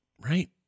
right